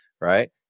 right